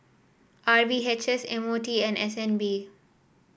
R V H S M O T and S N B